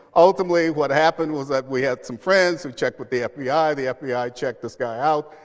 ultimately what happened was that we had some friends who checked with the fbi. the fbi checked this guy out.